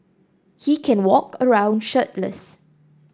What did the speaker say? he can walk around shirtless